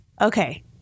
Okay